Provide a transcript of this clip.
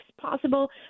possible